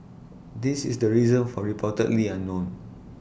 this is the reason for reportedly unknown